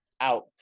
out